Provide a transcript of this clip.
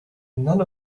none